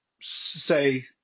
say